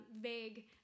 vague